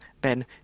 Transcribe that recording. Ben